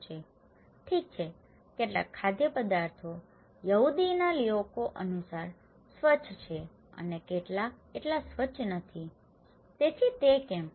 ઠીક છે કેટલાક ખાદ્યપદાર્થો યહૂદીઓના લોકો અનુસાર સ્વચ્છ છે અને કેટલાક એટલા સ્વચ્છ નથી તેથી તે કેમ છે